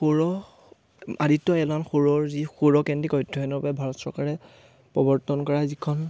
সৌৰহ আদিত্য় এলন সৌৰৰ যি সৌৰ কেন্দ্ৰিক অধ্যয়নৰ বাবে ভাৰত চৰকাৰে প্ৰৱৰ্তন কৰা যিখন